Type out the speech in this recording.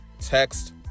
Text